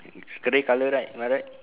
grey colour right am I right